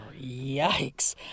Yikes